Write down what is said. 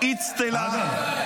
אוקיי,